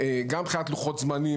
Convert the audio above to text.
גם מבחינת לוחות זמנים,